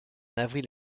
avril